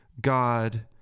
God